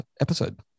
episode